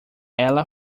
ela